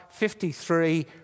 53